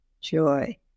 joy